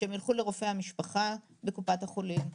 שהם ילכו לרופא המשפחה בקופת החולים,